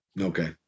Okay